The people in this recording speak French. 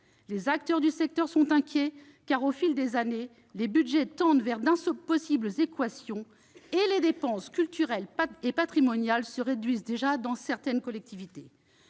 Les acteurs du secteur sont inquiets, car, au fil des années, les budgets tendent vers d'impossibles équations et les dépenses culturelles et patrimoniales se réduisent déjà dans certaines collectivités.